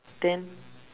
then